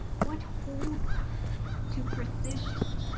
what holds us to precision?